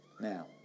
Now